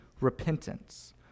repentance